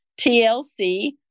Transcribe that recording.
TLC